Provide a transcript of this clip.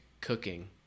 cooking